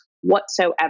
whatsoever